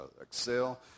excel